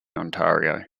ontario